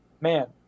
man